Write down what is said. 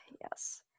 Yes